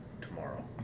Tomorrow